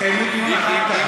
תקיימו דיון אחר כך,